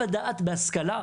בהשכלה.